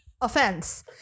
Offense